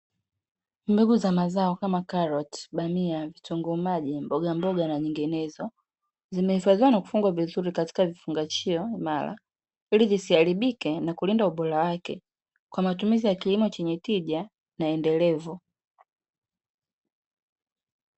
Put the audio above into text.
Mbegu za mazao kama: karoti, bamia, vitunguu maji, mboga mboga na nyinginezo, zimezagaa na kufungwa katika vifungashio imara ili visiharibike na kulinda ubora wake kwa matumizi ya kilimo chenye tija na endelevu.